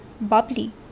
Bubbly